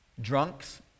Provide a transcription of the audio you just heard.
drunks